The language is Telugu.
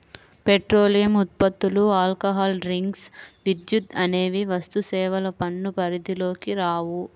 పెట్రోలియం ఉత్పత్తులు, ఆల్కహాల్ డ్రింక్స్, విద్యుత్ అనేవి వస్తుసేవల పన్ను పరిధిలోకి రావు